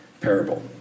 parable